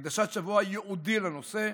5. הקדשת שבוע ייעודי לנושא,